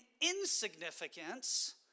insignificance